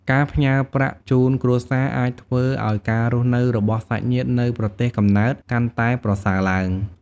ការផ្ញើប្រាក់ជូនគ្រួសារអាចធ្វើឱ្យការរស់នៅរបស់សាច់ញាតិនៅប្រទេសកំណើតកាន់តែប្រសើរឡើង។